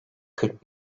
kırk